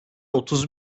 otuz